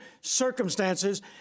circumstances